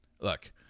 look